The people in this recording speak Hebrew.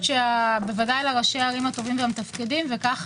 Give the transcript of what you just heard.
ודאי לראשי הערים הטובים והמתפקדים, כך